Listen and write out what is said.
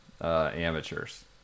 amateurs